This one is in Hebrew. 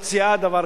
אין דבר כזה.